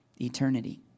Eternity